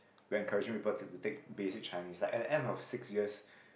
we encouraging people to to take basic Chinese like at the end of six years